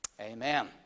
Amen